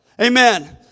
Amen